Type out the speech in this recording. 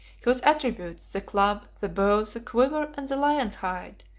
whose attributes, the club, the bow, the quiver, and the lion's hide,